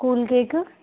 cool cake